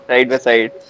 Side-by-side